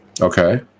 Okay